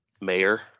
Mayor